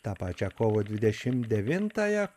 tą pačią kovo dvidešimt devintąją